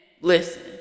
listen